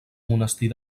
monestir